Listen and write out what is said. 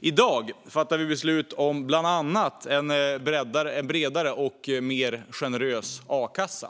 I dag ska vi fatta beslut om bland annat en bredare och mer generös akassa.